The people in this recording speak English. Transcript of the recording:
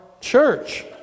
church